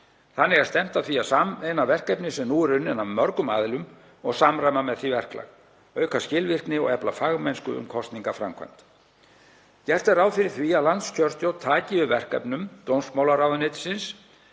Þannig er stefnt að því að sameina verkefni sem nú eru unnin af mörgum aðilum og samræma með því verklag, auka skilvirkni og efla fagmennsku um kosningaframkvæmd. Gert er ráð fyrir því að landskjörstjórn taki við verkefnum dómsmálaráðuneytisins,